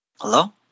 Hello